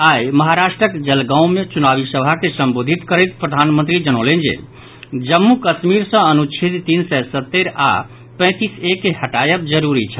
आई महाराष्ट्रक जलगांव मे चुनावी सभा के संबोधित करैत प्रधानमंत्री जनौलनि जे जम्मू कश्मीर सॅ अनुच्छेद तीन सय सत्तर आओर पैंतीस ए के हटायब जरूरी छल